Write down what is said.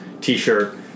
t-shirt